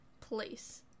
Place